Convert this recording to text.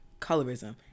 Colorism